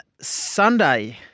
Sunday